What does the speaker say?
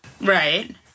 Right